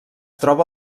troba